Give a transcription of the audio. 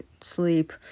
sleep